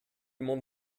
monde